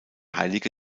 heilige